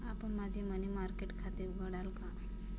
आपण माझे money market खाते उघडाल का?